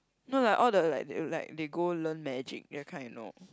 no like all the like like they go learn magic that kind you know